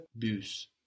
bus